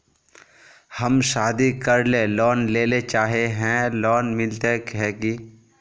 हम शादी करले लोन लेले चाहे है लोन मिलते की?